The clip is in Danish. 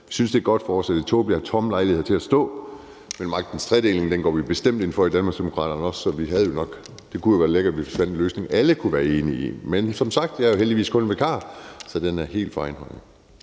Vi synes, det er et godt forslag; det er tåbeligt at have tomme lejligheder til at stå. Men magtens tredeling går vi bestemt også ind for i Danmarksdemokraterne, så det kunne jo være lækkert, hvis vi fandt en løsning, alle kunne være enige i. Men som sagt er jeg jo heldigvis kun vikar, så den er helt for egen regning.